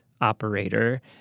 operator